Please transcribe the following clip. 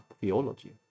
theology